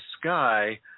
sky